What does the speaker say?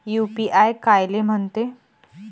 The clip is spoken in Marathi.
यू.पी.आय कायले म्हनते?